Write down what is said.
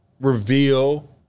reveal